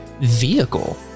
vehicle